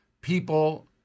people